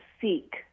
seek